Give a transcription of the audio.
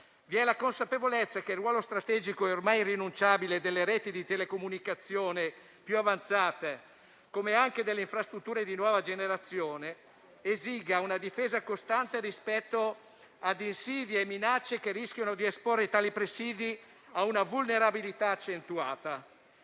Vi è la consapevolezza che il ruolo strategico e ormai irrinunciabile delle reti di telecomunicazione più avanzate, come anche delle infrastrutture di nuova generazione, esiga una difesa costante rispetto a insidie e minacce che rischiano di esporre tali presidi a una vulnerabilità accentuata.